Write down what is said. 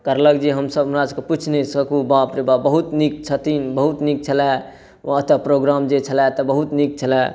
करलक जे हमसब हमरासबके पुछि नहि सकू बाप रे बाप बहुत नीक छथिन बहुत नीक छलै ओतऽ प्रोग्राम जे छलै तऽ बहुत नीक छलै